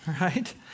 right